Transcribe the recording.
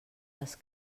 les